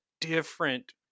different